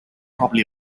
probably